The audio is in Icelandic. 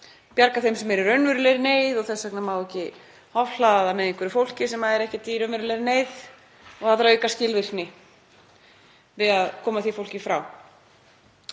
bjarga þeim sem eru í raunverulegri neyð. Þess vegna megi ekki ofhlaða með einhverju fólki sem er ekki í raunverulegri neyð og það þurfi að auka skilvirkni við að koma því fólki frá.